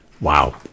Wow